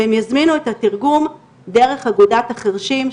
ועם יזמינו את התרגום דרך אגודת החרשים,